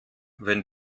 wenn